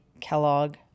Kellogg